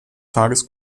tages